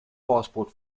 passport